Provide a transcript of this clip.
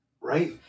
Right